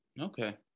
Okay